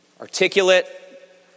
articulate